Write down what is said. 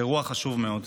אירוע חשוב מאוד.